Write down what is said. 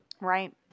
Right